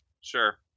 Sure